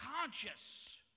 conscious